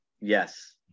yes